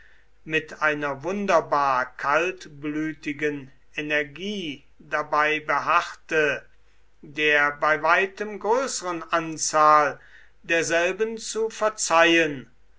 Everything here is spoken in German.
mit einer wunderbar kaltblütigen energie dabei beharrte der bei weitem größeren anzahl derselben zu verzeihen